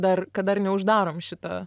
dar kad dar neuždarom šitą